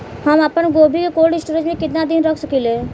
हम आपनगोभि के कोल्ड स्टोरेजऽ में केतना दिन तक रख सकिले?